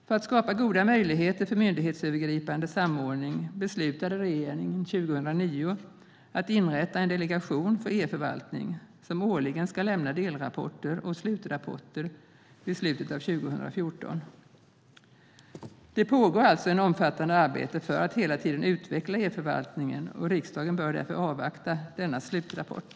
För att skapa goda möjligheter för myndighetsövergripande samordning beslutade regeringen 2009 att inrätta en delegation för e-förvaltning som årligen ska lämna delrapporter och slutrapport vid slutet av 2014. Det pågår alltså ett omfattande arbete för att hela tiden utveckla e-förvaltningen. Riksdagen bör därför avvakta denna slutrapport.